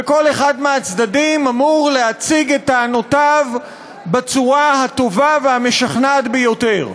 וכל אחד מהצדדים אמור להציג את טענותיו בצורה הטובה והמשכנעת ביותר.